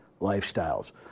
lifestyles